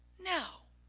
now,